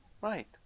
right